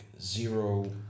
zero